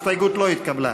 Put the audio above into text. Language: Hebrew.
ההסתייגות לא התקבלה.